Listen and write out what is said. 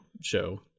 show